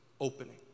opening